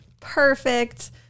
perfect